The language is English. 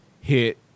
hit